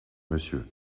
monsieur